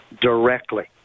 directly